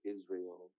Israel